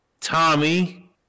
Tommy